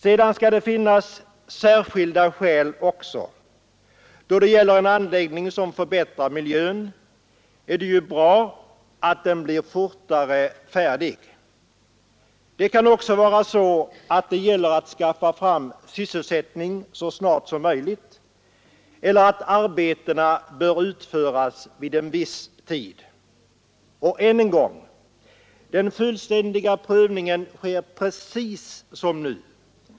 Det skall också finnas särskilda skäl. Då det gäller en anläggning som förbättrar miljön är det ju bra att denna blir fortare färdig. Det kan också vara så att det gäller att skaffa fram sysselsättning så snart som möjligt och att arbetena bör utföras vid en viss tidpunkt. Och än en gång: Den fullständiga prövningen sker precis som nu.